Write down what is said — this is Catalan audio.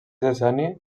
decenni